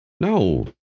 No